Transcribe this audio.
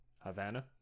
Havana